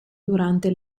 durante